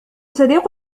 صديق